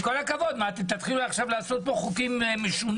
עם כל הכבוד מה אתם תתחילו עכשיו לעשות פה חוקים משונים?